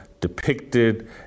depicted